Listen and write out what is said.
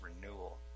renewal